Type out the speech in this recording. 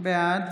בעד